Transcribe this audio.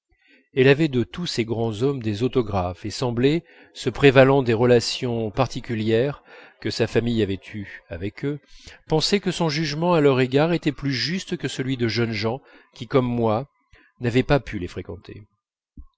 elle avait de tous ces grands hommes des autographes et semblait se prévalant des relations particulières que sa famille avait eues avec eux penser que son jugement à leur égard était plus juste que celui de jeunes gens qui comme moi n'avaient pas pu les fréquenter